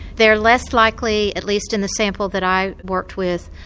they are less likely, at least in the sample that i worked with,